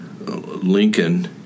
Lincoln